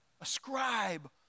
ascribe